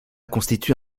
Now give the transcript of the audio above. constitue